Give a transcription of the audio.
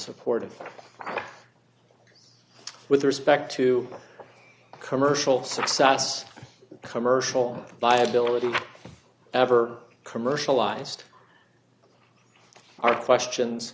unsupportive with respect to commercial success commercial viability ever commercialized our questions